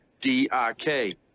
D-I-K